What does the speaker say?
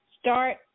start